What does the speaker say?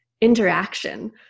interaction